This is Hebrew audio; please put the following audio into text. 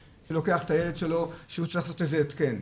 שלוקח את הילד שלו שהוא צריך לעשות איזה התקן.